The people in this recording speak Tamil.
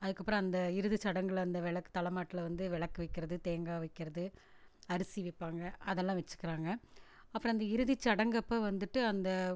அதுக்கப்புறம் அந்த இறுதிச் சடங்கில் அந்த விளக்கு தலை மாட்டில வந்து விளக்கு வைக்கிறது தேங்காய் வைக்கிறது அரிசி வைப்பாங்கள் அதெல்லாம் வச்சிக்கிறாங்கள் அப்புறம் அந்த இறுதிச் சடங்கப்போ வந்துட்டு அந்த